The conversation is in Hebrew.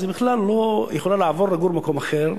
היא בכלל יכולה לעבור לגור במקום אחר,